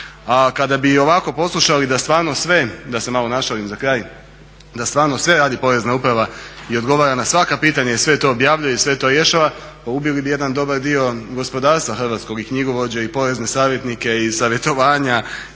A kada bi ovako poslušali da stvarno sve da se malo našalim za kraj, da stvarno sve radi Porezna uprava i odgovara na svaka pitanja i sve to objavljuje i sve to rješava pa ubili bi jedan dobar dio gospodarstva hrvatskog i knjigovođe i porezne savjetnike i savjetovanja